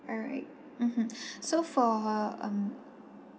alright mmhmm so for um